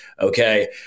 okay